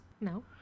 No